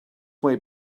way